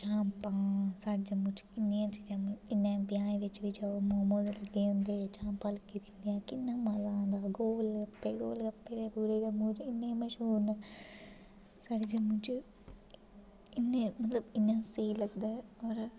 चाम्पां साढ़े जम्मू च इ'न्नियां चीज़ां मिल इ'न्ने ब्याह् बिच बी जाओ मोमोज़ लग्गे दे होंदे चाम्पां लग्गी दियां होंदियां कि'न्ना मज़ा आंदा गोलगप्पे गोलगप्पे पूरे जम्मू च इ'न्ने मशहूर न साढ़े जम्मू च इ'न्ने मतलब इ'न्ने स्हेई लगदा ऐ होर